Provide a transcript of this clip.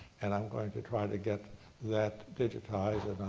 and i'm going to try and get that digitized,